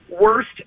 worst